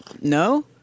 no